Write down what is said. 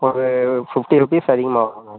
ஒரு fifty rupees அதிகமாக வரும் மேம்